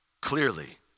clearly